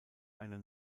einer